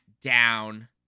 down